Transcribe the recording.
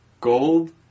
gold